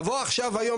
לבוא היום,